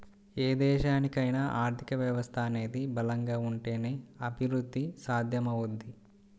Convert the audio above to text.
ఏ దేశానికైనా ఆర్థిక వ్యవస్థ అనేది బలంగా ఉంటేనే అభిరుద్ధి సాధ్యమవుద్ది